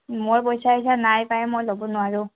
মই পইচা ছইচা নাই পাই মই ল'ব নোৱাৰো